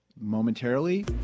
momentarily